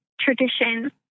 tradition